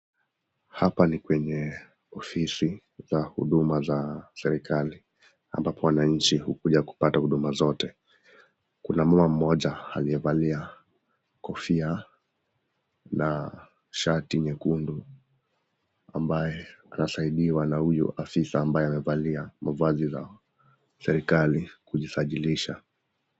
Hapa ni kwenye ofisi za huduma za serikali ambapo wananchi hukuja kupata huduma zote. Kuna mama mmoja aliyevalia kofia na shati nyekundu ambaye anasaidiwa na huyu afisa ambaye amevalia mavazi ya serikali kujisajilisha.